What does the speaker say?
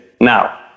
now